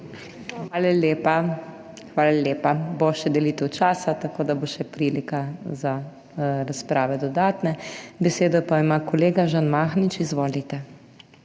Hvala lepa. Bo še delitev časa, tako da bo še prilika za razprave dodatne. Besedo pa ima kolega Žan Mahnič. Izvolite.